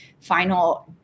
final